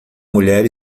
mulher